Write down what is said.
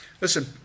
Listen